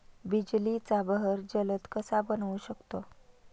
बिजलीचा बहर जलद कसा बनवू शकतो?